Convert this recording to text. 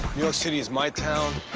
york city is my town.